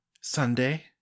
Sunday